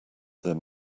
there